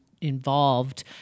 involved